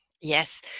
Yes